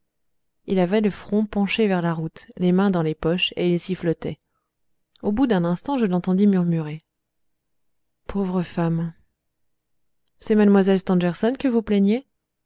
il avait le front penché vers la route les mains dans les poches et il sifflotait au bout d'un instant je l'entendis murmurer pauvre femme c'est mlle stangerson que vous plaignez